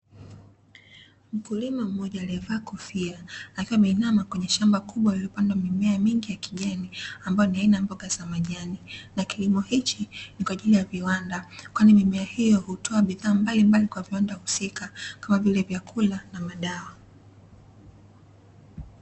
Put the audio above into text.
Mkulima mmoja aliyevaa kofia akiwa ameinama kwenye shamba kubwa lililopandwa mimea mingi ya kijani ambayo ni aina ya mboga za majani, na kilimo hiki ni kwa ajili ya viwanda kwani mimea hiyo hutoa bidhaa mbalimbali kwa viwanda husika, kama vile vyakula na madawa.